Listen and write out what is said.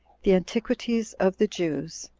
the antiquities of the jews